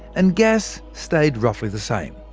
and gas stayed roughly the same.